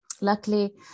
luckily